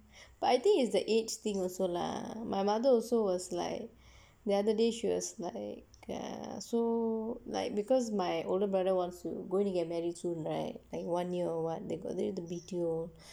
but I think is the age thing also lah my mother also was like the other day she was like ya so like because my older brother wants to gonna get marry to right like one year or what they got the B_T_O